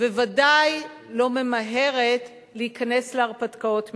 וודאי לא ממהרת להיכנס להרפתקאות מיותרות.